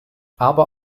aber